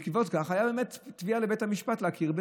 ובעקבות זאת הייתה תביעה לבית המשפט להכיר,